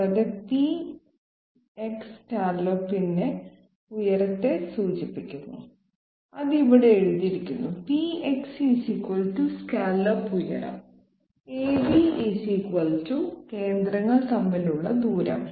കൂടാതെ PX സ്കല്ലോപ്പിന്റെ ഉയരത്തെ സൂചിപ്പിക്കുന്നു അത് ഇവിടെ എഴുതിയിരിക്കുന്നു PX സ്കല്ലോപ്പ് ഉയരം AB കേന്ദ്രങ്ങൾ തമ്മിലുള്ള ദൂരം